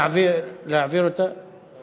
ההצעה להעביר את הצעת